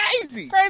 Crazy